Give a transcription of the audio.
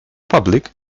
public